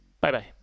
Bye-bye